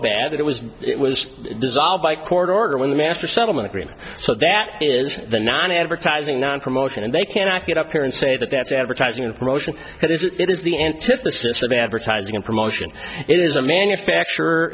bad it was it was dissolved by court order with the master settlement agreement so that is the not advertising on promotion and they cannot get up here and say that that's advertising and promotion because it is the antithesis of advertising and promotion it is a manufacturer